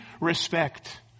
respect